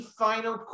final